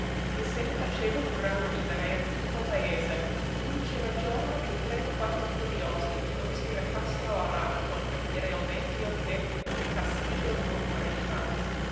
e se ne faceva un gran ridere in tutto il paese non c'era giorno che tre o quattro curiosi non si recassero al ràbato per vedere il vecchio che per castigo non moriva